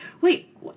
wait